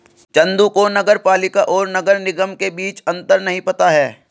चंदू को नगर पालिका और नगर निगम के बीच अंतर नहीं पता है